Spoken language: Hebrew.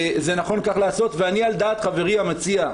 זה נכון כך לעשות ואני על דעת חברי המציע,